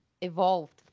evolved